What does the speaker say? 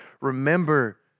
remember